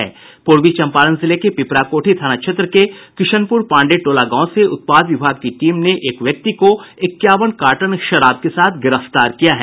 पूर्वी चम्पारण जिले के पिपराकोठी थाना क्षेत्र के किशनपुर पांडे टोला गांव से उत्पाद विभाग की टीम ने एक व्यक्ति को इक्यावन कार्टन शराब के साथ गिरफ्तार किया है